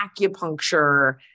acupuncture